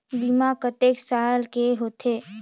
बीमा कतेक साल के होथे?